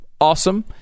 awesome